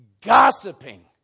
gossiping